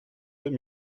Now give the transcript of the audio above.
deux